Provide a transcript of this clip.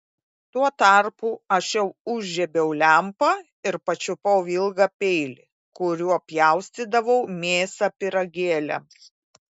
tuo tarpu aš jau užžiebiau lempą ir pačiupau ilgą peilį kuriuo pjaustydavau mėsą pyragėliams